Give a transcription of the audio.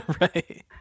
Right